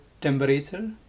temperature